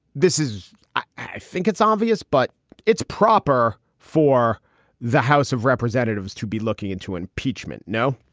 this is i think it's obvious, but it's proper for the house of representatives to be looking into impeachment no.